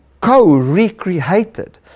co-recreated